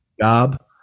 job